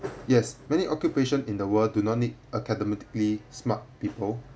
yes many occupation in the world do not need academically smart people